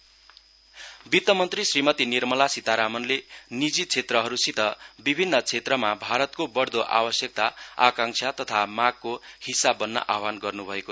finance minister वित्त मन्त्री श्रीमती निर्मला सितारामनले निजी क्षेत्रहरूसित विभन्न क्षेत्रमा भारतको बढ्दो आवश्यकता आकांक्षा तथा मागको हिस्सा बन्न आह्वान गर्नुभयो